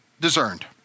discerned